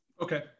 Okay